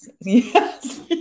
Yes